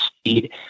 speed